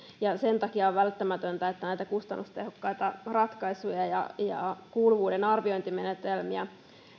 ja sen takia on välttämätöntä että näitä kustannustehokkaita ratkaisuja ja ja kuuluvuuden arviointimenetelmiä